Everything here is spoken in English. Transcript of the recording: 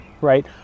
right